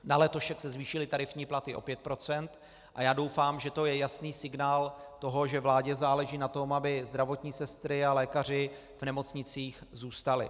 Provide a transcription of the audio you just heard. Na letošek se zvýšily tarifní platy o 5 % a já doufám, že to je jasný signál toho, že vládě záleží na tom, aby zdravotní sestry a lékaři v nemocnicích zůstali.